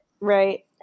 Right